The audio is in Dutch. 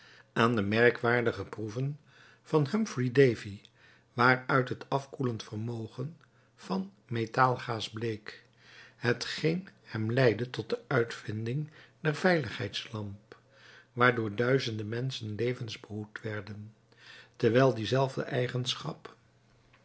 aan de merkwaardige proeven van humpry davy waaruit het afkoelend vermogen van metaalgaas bleek hetgeen hem leidde tot de uitvinding der